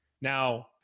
Now